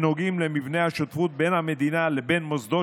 שנוגעים למבנה השותפות בין המדינה לבין מוסדות